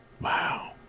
Wow